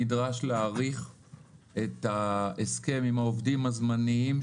נדרש להאריך את ההסכם עם העובדים הזמניים,